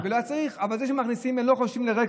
אבל זה שמכניסים, הם לא חושבים לרגע.